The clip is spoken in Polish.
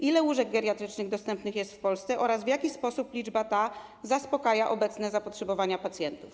Ile łóżek geriatrycznych dostępnych jest w Polsce oraz w jaki sposób liczba ta zaspokaja obecne zapotrzebowanie pacjentów?